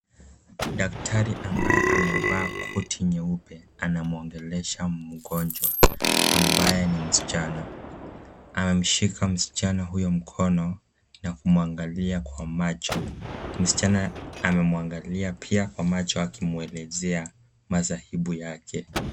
Daktari ambaye amevaa koti nyeupe, anamwongelesha mgonjwa ambaye ni msichana. Amemshika msichana huyo mkono na kumuangalia kwa macho. Msichana amemwangalia pia kwa macho, akimuelezea masaibu yake.